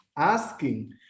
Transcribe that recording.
asking